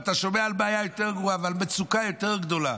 ואתה שומע על בעיה יותר גרועה ועל מצוקה יותר גדולה.